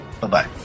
Bye-bye